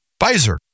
Pfizer